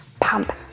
pump